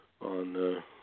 on